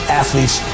athletes